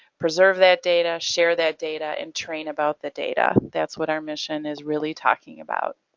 preserve that data, share that data, and train about the data. that's what our mission is really talking about.